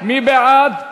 מי בעד?